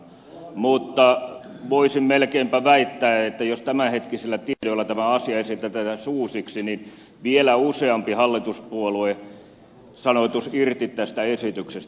mutta voisin melkeinpä väittää että jos tämänhetkisillä tiedoilla tämä asia esitettäisiin uusiksi niin vielä useampi hallituspuolue sanoutuisi irti tästä esityksestä